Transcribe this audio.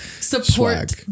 Support